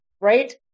right